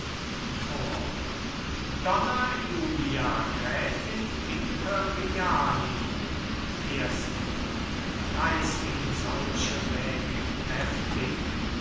donna julia gräfin imperiali fiesco reißt ihm solche weg heftig